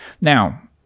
Now